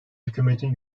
hükümetin